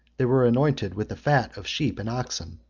they were anointed with the fat of sheep and oxen.